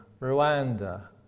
Rwanda